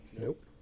Nope